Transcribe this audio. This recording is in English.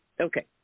Okay